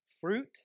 fruit